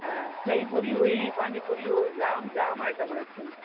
ऐं ॾही पुरी हुई पानी पुरी हुओ जाम जाम आइटम हुयसि